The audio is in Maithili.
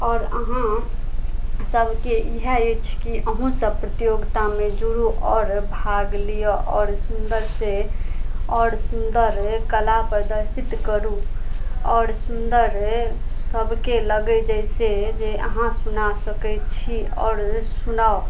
आओर अहाँ सबके इहए अछि कि अहुँ सब प्रतियोगितामे जुड़ू आओर भाग लियऽ आओर सुन्दर से आओर सुन्दर कला प्रदर्शित करू आओर सुन्दर सबके लगै जाहिसे जे अहाँ सुना सकैत छी आओर सुनाउ